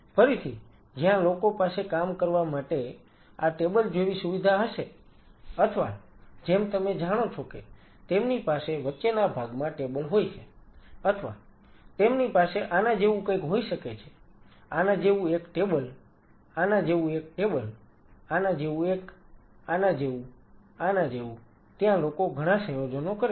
ફરીથી જ્યાં લોકો પાસે કામ કરવા માટે આ ટેબલ જેવી સુવિધા હશે અથવા જેમ તમે જાણો છો કે તેમની પાસે વચ્ચેના ભાગમાં ટેબલ હોય છે અથવા તેમની પાસે આના જેવું કંઈક હોઈ શકે છે આના જેવું એક ટેબલ આના જેવું એક ટેબલ આના જેવું એક આના જેવું આના જેવું ત્યાં લોકો ઘણા સંયોજનો કરે છે